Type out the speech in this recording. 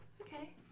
Okay